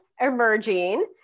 Emerging